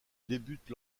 débute